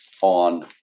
on